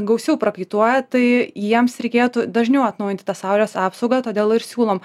gausiau prakaituoja tai jiems reikėtų dažniau atnaujinti tą saulės apsaugą todėl ir siūlom